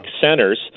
centers